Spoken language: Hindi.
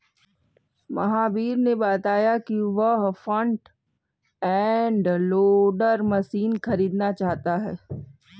महावीर ने बताया कि वह फ्रंट एंड लोडर मशीन खरीदना चाहता है